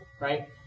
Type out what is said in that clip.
Right